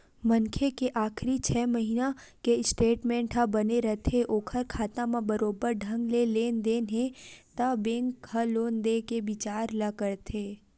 मनखे के आखरी छै महिना के स्टेटमेंट ह बने रथे ओखर खाता म बरोबर ढंग ले लेन देन हे त बेंक ह लोन देय के बिचार ल करथे